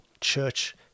church